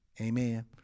Amen